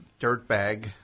dirtbag